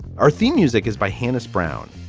our theme music is by hani's brown.